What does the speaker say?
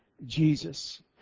Jesus